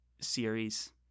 series